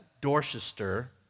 Dorchester